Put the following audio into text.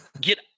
get